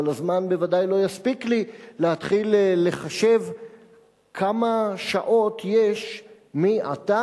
אבל הזמן בוודאי לא יספיק לי להתחיל לחשב כמה שעות יש מעתה